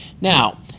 Now